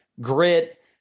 grit